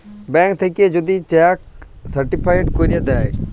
bank থ্যাইকে যদি cheque certified ক্যইরে দ্যায়